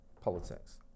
politics